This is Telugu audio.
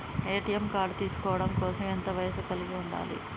ఏ.టి.ఎం కార్డ్ తీసుకోవడం కోసం ఎంత వయస్సు కలిగి ఉండాలి?